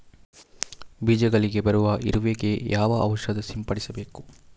ಬೀಜಗಳಿಗೆ ಬರುವ ಇರುವೆ ಗೆ ಯಾವ ಔಷಧ ಸಿಂಪಡಿಸಬೇಕು?